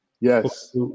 Yes